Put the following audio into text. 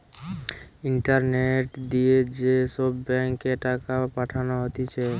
internet দিয়ে যে সব ব্যাঙ্ক এ টাকা পাঠানো হতিছে